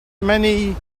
many